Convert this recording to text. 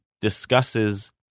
discusses